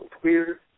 Twitter